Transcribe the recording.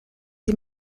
sie